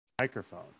microphone